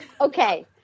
Okay